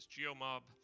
Geomob